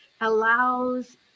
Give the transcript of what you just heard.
allows